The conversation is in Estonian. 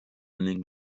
ning